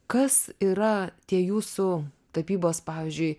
kas yra tie jūsų tapybos pavyzdžiui